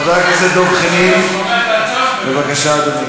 חבר הכנסת אייכלר, לא נמצא.